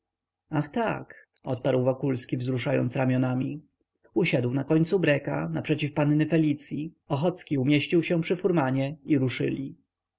tak odparł wokulski wzruszając ramionami usiadł na końcu breka naprzeciw panny felicyi ochocki umieścił się przy furmanie i ruszyli